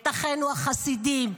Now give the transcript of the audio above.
את אחינו החסידים,